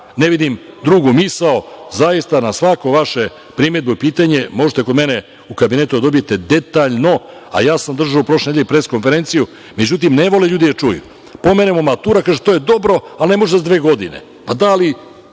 Ne vidim drugu misao, zaista svaku vašu primedbu i pitanje možete kod mene u kabinetu da dobijete detaljno. Ja sam držao prošle nedelje i pres konferenciju, međutim ne vole ljudi da čuju. Pomenemo matura. Kažu, to je dobro, ali ne može za dve godine. Da, ali